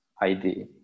ID